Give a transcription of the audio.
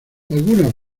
algunas